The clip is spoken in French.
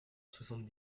soixante